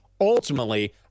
Ultimately